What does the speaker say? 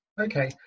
okay